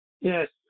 Yes